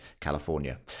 California